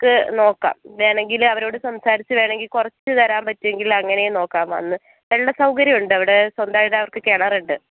നമുക്ക് നോക്കാം വേണമെങ്കിൽ അവരോട് സംസാരിച്ച് വേണമെങ്കിൽ കുറച്ച് തരാൻ പറ്റുമെങ്കിൽ അങ്ങനേയും നോക്കാം വന്ന് വെള്ള സൗകര്യം ഉണ്ട് അവിടെ സ്വന്തമായിട്ട് അവർക്ക് കിണർ ഉണ്ട്